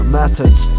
methods